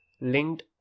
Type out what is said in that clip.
linked